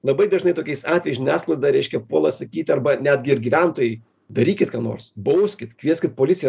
labai dažnai tokiais atvejais žiniasklaida reiškia puola sakyt arba netgi ir gyventojai darykit ką nors bauskit kvieskit policiją